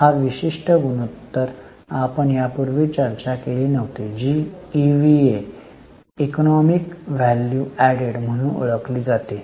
हा विशिष्ट गुणोत्तर आपण यापूर्वी चर्चा केली नव्हती जी ईव्हीए इकॉनॉमिक व्हॅल्यू एडेड म्हणून ओळखली जाते